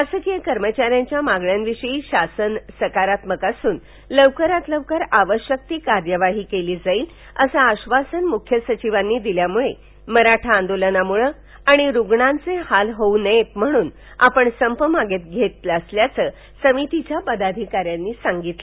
शासकीय कर्मचाऱ्यांच्या मावण्यांविषयी शासन सकारात्मक असून लवकरात लवकर आवश्यक ती कार्यवाही केली जाईल असं आश्वासन मुख्य सचिवांनी दिल्बामुळे मराठा आंदोलनामुळे आणि रुग्णांचे हाल होऊ नयेत म्हणून संप मागे घेत असल्याचं समितीच्या पदाव्विकाऱ्यांनी सांगितलं